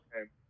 okay